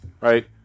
right